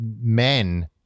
men